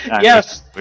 Yes